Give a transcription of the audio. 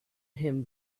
him